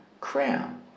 crown